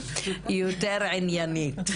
יותר עניינית,